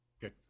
Good